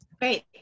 Great